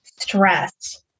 stress